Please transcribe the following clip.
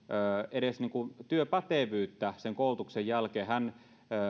edes työpätevyyttä sen koulutuksen jälkeen hän